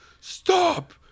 stop